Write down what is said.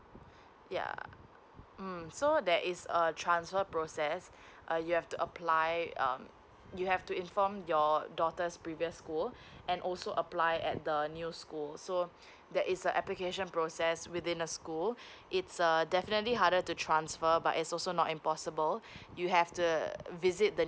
yeah mm so that is err transfer process uh you have to apply um you have to inform your daughter's previous school and also apply at the new school so that is the application process within the school it's a definitely harder to transfer but it's also not impossible you have to visit the